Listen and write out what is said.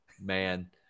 Man